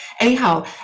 anyhow